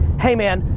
hey man,